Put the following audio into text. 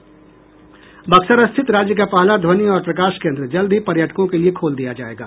बक्सर स्थित राज्य का पहला ध्वनि और प्रकाश केन्द्र जल्द ही पर्यटकों के लिए खोल दिया जायेगा